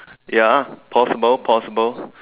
ya possible possible